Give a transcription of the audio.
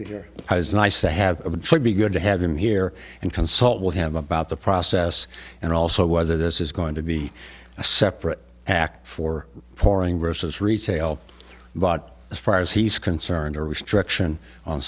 trade be good to have him here and consult with him about the process and also whether this is going to be a separate act for pouring versus retail but as far as he's concerned a restriction on